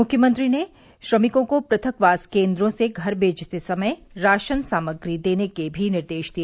मुख्यमंत्री ने श्रमिकों को पृथकवास केंद्रों से घर भेजते समय राशन सामग्री देने के भी निर्देश दिए